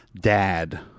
dad